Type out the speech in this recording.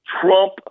Trump